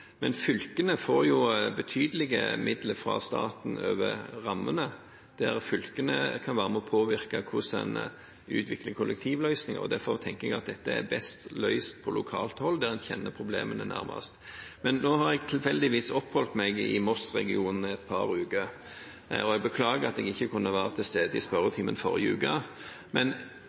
Men fylkene får betydelige midler fra staten over rammene, der fylkene kan være med og påvirke hvordan en utvikler kollektivløsninger. Derfor tenker jeg at dette løses best på lokalt hold, der en er nærmest problemene og kjenner dem. Nå har jeg tilfeldigvis oppholdt meg i Moss-regionen et par uker, og jeg beklager at jeg ikke kunne være til stede i spørretimen